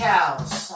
House